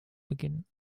beginnen